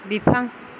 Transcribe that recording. बिफां